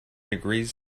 degrees